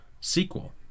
sequel